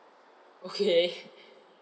okay